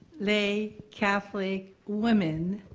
lay catholic women,